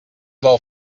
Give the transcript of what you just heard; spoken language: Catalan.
del